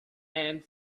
and